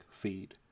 feed